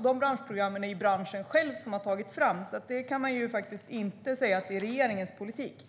Dessa har branschen själv tagit fram, så man kan inte säga att de är regeringens politik.